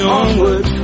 onward